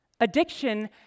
addiction